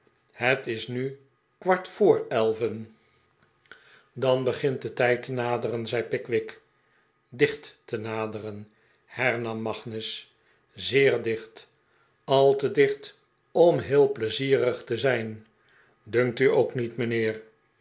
het is nu kwart voor elven dan begint de tijd te naderen zei pickwick dicht te naderen hernam magnus zeer dicht al te dicht om heel pleizierig te zijn dunkt u ook niet mijnheer